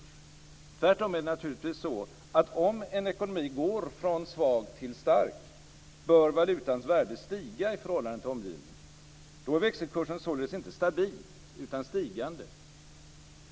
Valutans värde bör tvärtom naturligtvis stiga i förhållande till omgivningen om en ekonomi går från svag till stark. Då är växelkursen således inte stabil utan stigande.